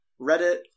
Reddit